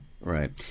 right